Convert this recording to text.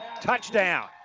touchdown